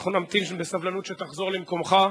אנחנו נמתין בסבלנות שתחזור למקומך,